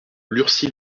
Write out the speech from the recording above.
lurcy